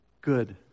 good